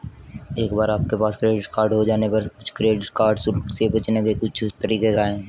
एक बार आपके पास क्रेडिट कार्ड हो जाने पर कुछ क्रेडिट कार्ड शुल्क से बचने के कुछ तरीके क्या हैं?